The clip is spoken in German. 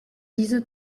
diese